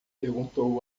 perguntou